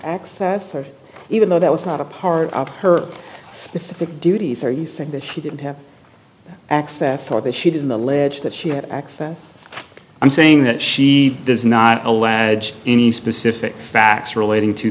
access even though that was not a part of her specific duties are you saying that she didn't have access or that she didn't allege that she had access i'm saying that she does not allow any specific facts relating to